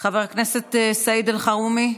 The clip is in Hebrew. חבר הכנסת סעיד אלחרומי,